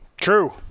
True